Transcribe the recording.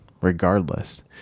Regardless